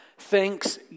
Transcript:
Thanks